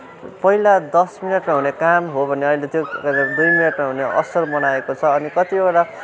पहिला दस मिनेटमा हुने काम हो भने अहिले त्यो गरेर दुई मिनेटमा हुने असल बनाएको छ अनि कतिवटा